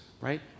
right